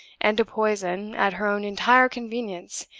and to poison, at her own entire convenience,